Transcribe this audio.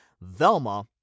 Velma